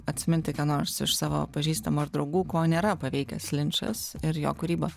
atsiminti ką nors iš savo pažįstamų ar draugų ko nėra paveikęs linčas ir jo kūryba